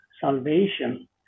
Salvation